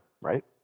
right